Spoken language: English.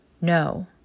no